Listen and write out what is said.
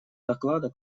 доклада